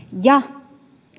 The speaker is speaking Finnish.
ja